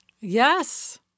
Yes